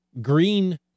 green